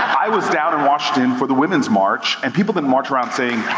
i was down in washington for the women's march, and people didn't march around saying,